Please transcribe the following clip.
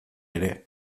ere